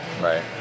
right